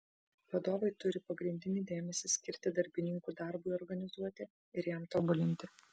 vadovai turi pagrindinį dėmesį skirti darbininkų darbui organizuoti ir jam tobulinti